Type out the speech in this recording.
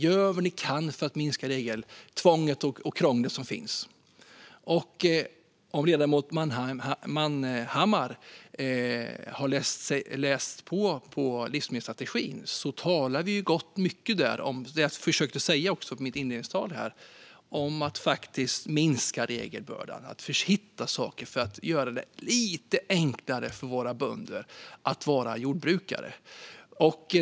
Gör vad ni kan för att minska det regeltvång och regelkrångel som finns! Om ledamoten Manhammar har läst på om livsmedelsstrategin vet han att vi där talar mycket om det som jag försökte säga i mitt inledningstal, nämligen att minska regelbördan och att hitta saker för att göra det lite enklare för våra bönder att vara jordbrukare.